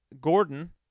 Gordon